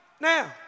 now